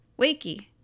Wakey